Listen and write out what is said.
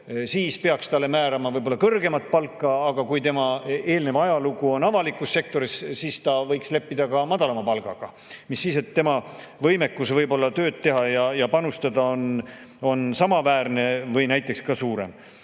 siis peaks talle määrama kõrgemat palka, aga kui tema ajalugu on avalikus sektoris, siis ta võiks leppida ka madalama palgaga, mis siis, et tema võimekus tööd teha ja panustada on samaväärne või näiteks ka suurem.